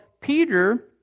Peter